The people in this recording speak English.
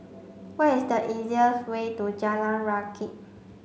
what is the easiest way to Jalan Rakit